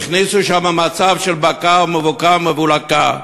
והכניסו שם מצב של בוקה מבוקה ומבולקה.